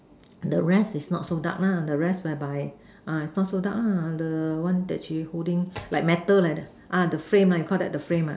the rest is not so dark lah the rest whereby uh is not so dark lah the one that she's holding like metal like that ah the frame you Call that the frame ah